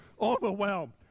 Overwhelmed